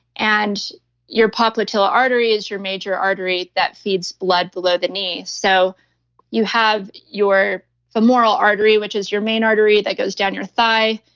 and your popliteal artery is your major artery that feeds blood below the knees so you have your femoral artery, which is your main artery that goes down your thigh,